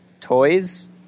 toys